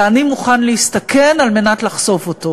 ואני מוכן להסתכן כדי לחשוף אותו.